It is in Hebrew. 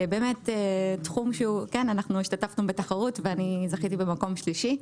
אנחנו השתתפנו בתחרות ואני זכיתי במקום שלישי.